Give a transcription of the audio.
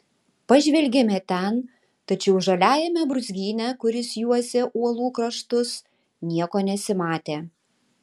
pažvelgėme ten tačiau žaliajame brūzgyne kuris juosė uolų kraštus nieko nesimatė